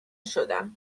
شدم